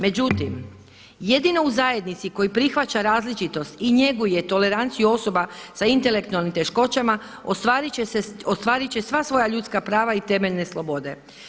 Međutim, jedino u zajednici koji prihvaća različitost i njeguje toleranciju osoba sa intelektualnim teškoćama ostvarit će sva svoja ljudska prava i temeljne slobode.